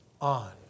on